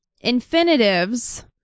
infinitives